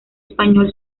español